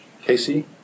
Casey